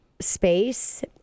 space